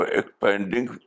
expanding